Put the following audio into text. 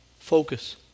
Focus